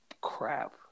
crap